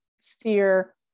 steer